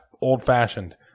old-fashioned